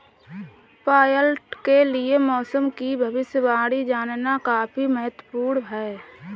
pilot के लिए मौसम की भविष्यवाणी जानना काफी महत्त्वपूर्ण है